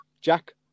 jack